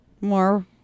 More